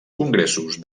congressos